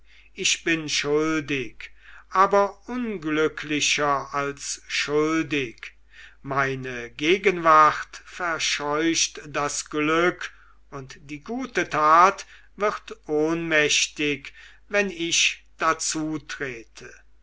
ich bin schuldig aber unglücklicher als schuldig meine gegenwart verscheucht das glück und die gute tat wird ohnmächtig wenn ich dazu trete